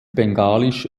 bengalisch